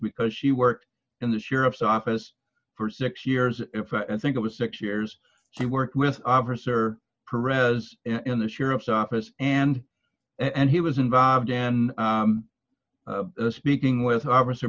because she worked in the sheriff's office for six years i think it was six years she worked with officer pereira's in the sheriff's office and and he was involved and speaking with officer